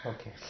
Okay